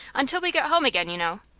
until we get home again, you know.